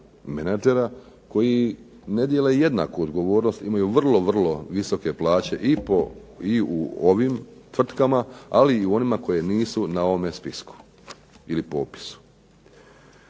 koji ne dijele jednaku odgovornost imaju vrlo visoke plaće i u ovim tvrtkama ali i onima koje nisu na ovome spisku, popisu.